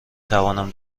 توانم